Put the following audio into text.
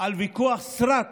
על ויכוח סרק